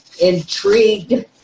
intrigued